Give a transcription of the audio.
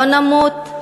לא נמות?